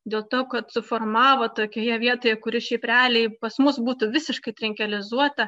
dėl to kad suformavo tokioje vietoje kuri šiaip realiai pas mus būtų visiškai trinkelizuota